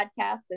podcasts